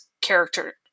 character